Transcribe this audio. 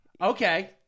okay